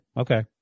Okay